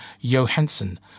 Johansson